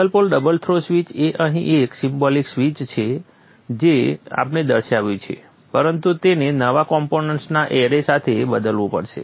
single pole double throw switch એ અહીં એક સિમ્બોલિક સ્વીચ છે જે આપણે દર્શાવ્યું છે પરંતુ તેને નવા કોમ્પોનેન્ટ્સના એરે સાથે બદલવું પડશે